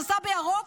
נסע בירוק,